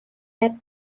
that